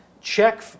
Check